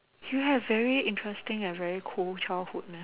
you have very interesting and very cool childhood